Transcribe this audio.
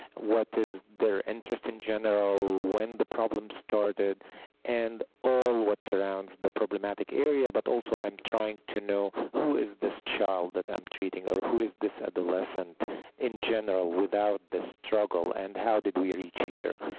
what is their interest in general, when the problem started and all what surrounds the but problematic area but also i'm trying to know who is this child that i'm treating or who is this adolescent in general without this struggle and how did we reach here?